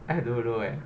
I don't know eh